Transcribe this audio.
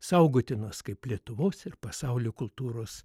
saugotinos kaip lietuvos ir pasaulio kultūros